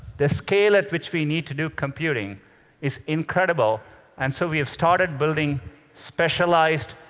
the scale at which we need to do computing is incredible and so we've started building specialized,